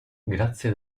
grazie